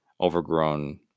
overgrown